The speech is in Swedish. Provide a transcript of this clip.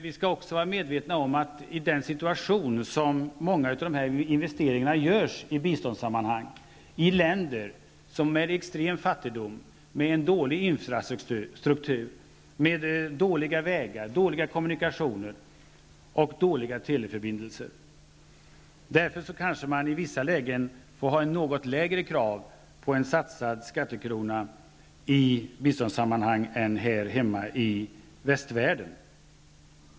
Vi skall också vara medvetna om den situation i vilken många investeringar görs i biståndssammanhang, i länder som är extremt fattiga med en dålig infrastruktur, dåliga vägar och dåliga teleförbindelser. Därför kanske man i vissa lägen får ha något lägre krav på en skattekrona som satsas i ett biståndsprojekt än på en krona som satsas här hemma i västvärlden.